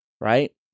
right